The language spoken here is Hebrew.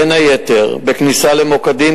בין היתר בכניסה למוקדים,